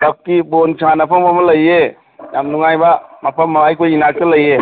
ꯇꯞꯀꯤ ball ꯁꯥꯟꯅꯐꯝ ꯑꯃ ꯂꯩꯌꯦ ꯌꯥꯝ ꯅꯨꯡꯉꯥꯏꯕ ꯃꯐꯝ ꯑꯩꯒꯤ ꯏꯅꯥꯛꯇ ꯂꯩꯌꯦ